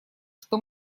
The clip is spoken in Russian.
что